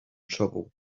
trouble